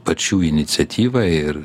pačių iniciatyva ir